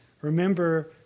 Remember